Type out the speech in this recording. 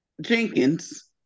Jenkins